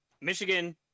Michigan